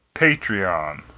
Patreon